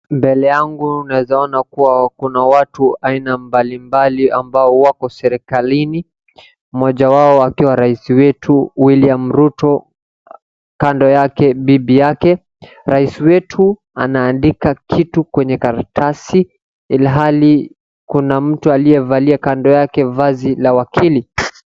Mbele yangu naeza ona kuwa kuna watu aina mbalimbali ambao wako serikalini, mmoja wao akiwa rais wetu William Ruto, kando yake bibi yake, Rais wetu anaandika kitu kwenye karatasi ilhali kuna mtu aliyevalia kando yake aliyevalia vazi la wakili.